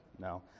No